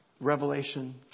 Revelation